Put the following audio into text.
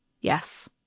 Yes